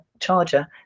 charger